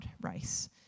race